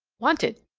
wanted!